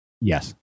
Yes